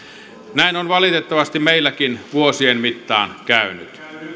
näin on valitettavasti meilläkin vuosien mittaan käynyt